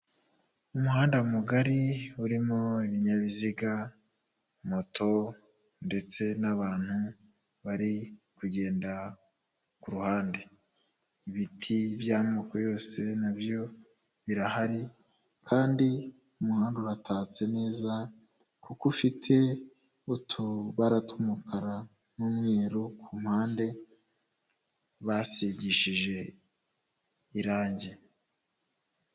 Umuhanda mugari urimo ibinyabiziga, moto ndetse n'abantu bari kugenda ku ruhande, ibiti by'amoko yose na byo birahari kandi umuhanda uratatse neza, kuko ufite utubara tw'umukara n'umweru ku mpande basigishije irangi.